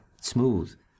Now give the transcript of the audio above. smooth